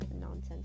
nonsense